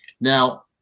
Now